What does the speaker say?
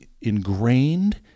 ingrained